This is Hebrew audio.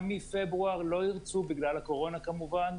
מפברואר לא הרצו בגלל הקורונה כמובן,